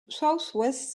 southwest